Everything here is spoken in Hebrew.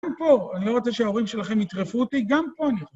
גם פה, אני לא רוצה שההורים שלכם יטרפו אותי, גם פה אני